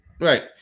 Right